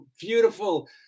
beautiful